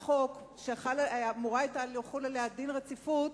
החוק שהיה אמור לחול עליה דין רציפות,